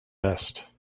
vest